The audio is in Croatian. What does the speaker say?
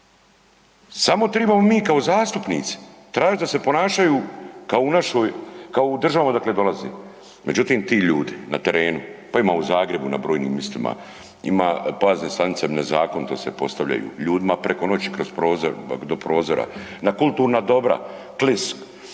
Samo trebamo mi kao zastupnici tražiti da se ponašaju kao u državama odakle dolaze. Međutim, ti ljudi na trenu, pa ima ih u Zagrebu na brojnim mjestima, bazne stanice nezakonito se postavljaju, ljudima preko noći do prozora, na kulturna dobra.